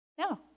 no